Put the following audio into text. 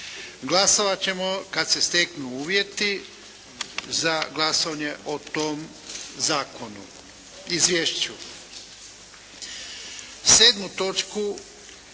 Glasovat ćemo kad se steknu uvjeti za glasovanje o tom izvješću. **Bebić,